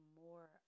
more